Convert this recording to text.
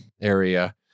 area